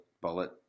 bullet